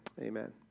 amen